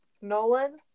Nolan